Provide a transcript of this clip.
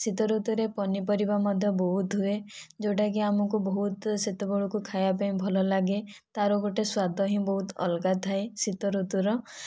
ଶୀତ ଋତୁରେ ପନିପରିବା ମଧ୍ୟ ବହୁତ ହୁଏ ଯେଉଁଟା କି ଆମକୁ ବହୁତ ସେତେବେଳକୁ ଖାଇବା ପାଇଁ ଭଲଲାଗେ ତାର ଗୋଟିଏ ସ୍ୱାଦ ହିଁ ବହୁତ ଅଲଗା ଥାଏ ଶୀତ ଋତୁର